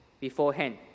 beforehand